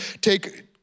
take